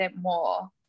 more